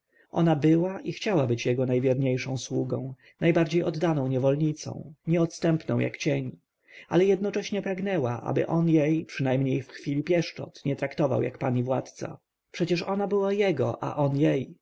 ona była i chciała być jego najwierniejszą sługą najbardziej oddaną niewolnicą nieodstępną jak cień ale jednocześnie pragnęła aby on jej przynajmniej w chwili pieszczot nie traktował jak pan i władca przecież ona była jego a on jej